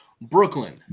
Brooklyn